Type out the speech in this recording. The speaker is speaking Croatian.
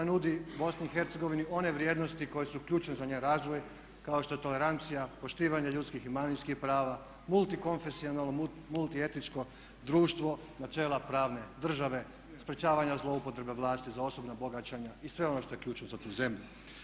Ona nudi Bosni i Hercegovini one vrijednosti koje su ključne za njen razvoj kao što je tolerancija, poštivanje ljudskih i manjinskih prava, multikonfesionalno, multietičko društvo, načela pravne države, sprječavanja zloupotrebe vlasti za osobna bogaćenja i sve ono što je ključno za tu zemlju.